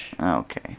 okay